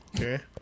Okay